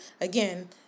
again